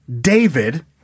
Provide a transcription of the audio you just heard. David